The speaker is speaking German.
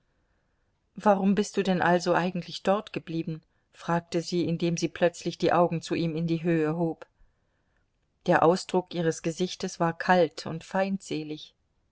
warum bist du denn also eigentlich dort geblieben fragte sie indem sie plötzlich die augen zu ihm in die höhe hob der ausdruck ihres gesichtes war kalt und feindselig